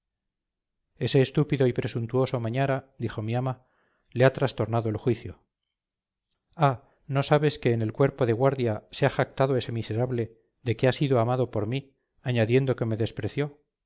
ese estúpido y presuntuoso mañara dijo mi ama le ha trastornado el juicio ah no sabes que en el cuerpo de guardia se ha jactado ese miserable de que ha sido amado por mí añadiendo que me despreció